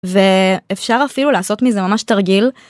ואפשר אפילו לעשות מזה ממש תרגיל.